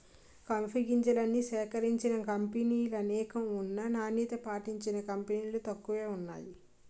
coffee గింజల్ని సేకరించిన కంపినీలనేకం ఉన్నా నాణ్యత పాటించిన కంపినీలు తక్కువే వున్నాయి